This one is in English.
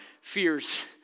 fears